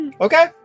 Okay